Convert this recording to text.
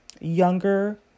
younger